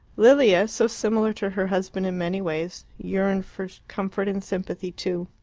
lilia, so similar to her husband in many ways, yearned for comfort and sympathy too.